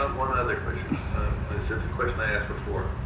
um one other question. and it's it's the question i asked before.